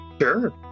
Sure